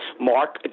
Mark